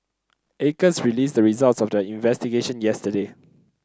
acres released the results of their investigation yesterday